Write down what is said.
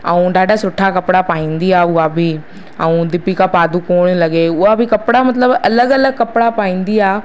ऐं ॾाढा सुठा कपिड़ा पाईंदी आहे हूअ बि ऐं दीपिका पादुकोण लॻे हूअ बि कपिड़ा मलतिब अलॻि अलॻि कपिड़ा पाईंदी आहे